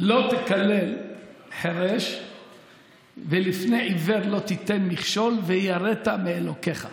"לא תקלל חֵרֵש ולפני עִוֵר לא תִתן מכשֹל ויראת מאלקיך".